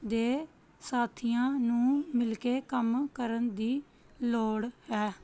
ਦੇ ਸਾਥੀਆਂ ਨੂੰ ਮਿਲ ਕੇ ਕੰਮ ਕਰਨ ਦੀ ਲੋੜ ਹੈ